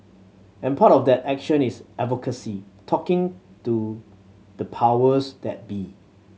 and part of that action is advocacy talking to the powers that be